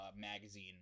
magazine